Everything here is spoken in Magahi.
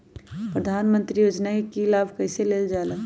प्रधानमंत्री योजना कि लाभ कइसे लेलजाला?